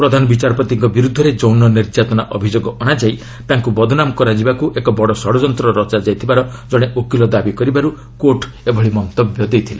ପ୍ରଧାନ ବିଚାରପତିଙ୍କ ବିରୁଦ୍ଧରେ ଯୌନ ନିର୍ଯାତନା ଅଭିଯୋଗ ଅଶାଯାଇ ତାଙ୍କୁ ବଦନାମ କରାଯିବାକୁ ଏକ ବଡ଼ ଷଡ଼ଯନ୍ତ୍ର ରଚାଯାଇଥିବାର ଜଣେ ଓକିଲ ଦାବି କରିବାର୍ତ୍ କୋର୍ଟ୍ ଏହି ମନ୍ତବ୍ୟ ଦେଇଥିଲେ